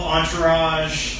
Entourage